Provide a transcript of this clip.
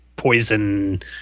poison